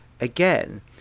again